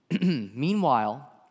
Meanwhile